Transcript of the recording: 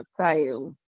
title